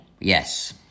Yes